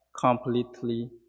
completely